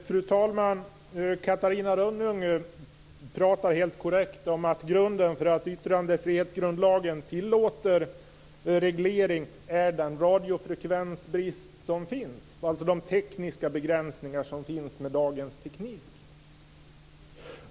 Fru talman! Catarina Rönnung talar helt korrekt om att grunden för att yttrandefrihetsgrundlagen tillåter reglering är bristen på radiofrekvenser, alltså de tekniska begränsningar som finns med dagens teknik.